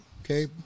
okay